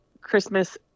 Christmas